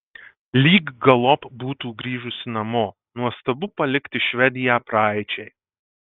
lyg galop būtų grįžusi namo nuostabu palikti švediją praeičiai